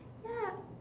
ya